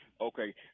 Okay